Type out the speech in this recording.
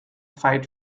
fight